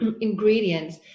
ingredients